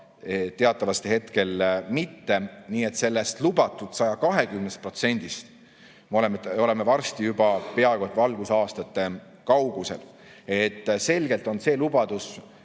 teatavasti hetkel mitte, nii et sellest lubatud 120%-st me oleme varsti juba peaaegu et valgusaastate kaugusel. Selgelt oli see lubadus